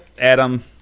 Adam